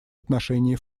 отношении